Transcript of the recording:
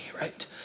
right